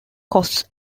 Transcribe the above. costs